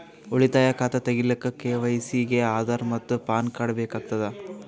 ಉಳಿತಾಯ ಖಾತಾ ತಗಿಲಿಕ್ಕ ಕೆ.ವೈ.ಸಿ ಗೆ ಆಧಾರ್ ಮತ್ತು ಪ್ಯಾನ್ ಕಾರ್ಡ್ ಬೇಕಾಗತದ